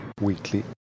weekly